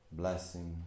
blessing